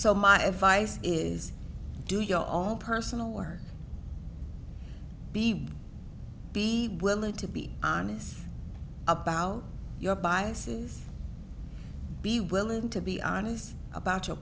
so my advice is to go all personal one be be willing to be honest about your biases be willing to be honest about your